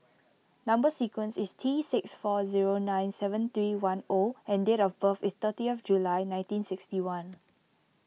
Number Sequence is T six four zero nine seven three one O and date of birth is thirtieth July nineteen sixty one